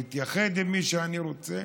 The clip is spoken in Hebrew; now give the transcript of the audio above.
להתייחד עם מי שאני רוצה,